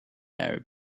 arab